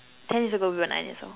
ten years ago we were nine years old